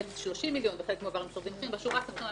זאת אומרת 30 מיליון וחלק מועבר --- בשורה התחתונה,